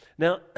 Now